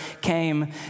came